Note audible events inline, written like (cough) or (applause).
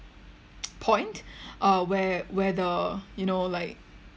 (noise) point uh where where the you know like